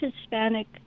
Hispanic